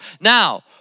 Now